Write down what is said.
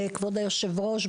כבוד היושב ראש,